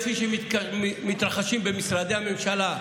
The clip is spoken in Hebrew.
כפי שהם מתרחשים במשרדי הממשלה,